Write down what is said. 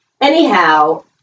anyhow